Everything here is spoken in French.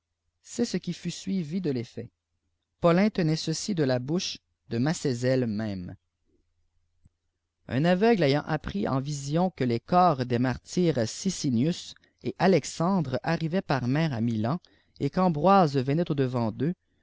c'est ce fui jut sittti de l'ffiatit fautin tenait ceci de la boucbe dé mascezel même v mî dbs apparitions un aveugle ayant appris en visionque les corps à marm stiâtmitti et alexandre arrivaient par mer à milan et qu'àilimîse venait au devant d'eux